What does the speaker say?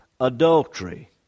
adultery